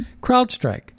CrowdStrike